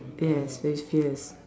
yes there is still